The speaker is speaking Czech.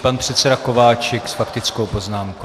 Pan předseda Kováčik s faktickou poznámkou.